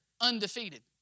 undefeated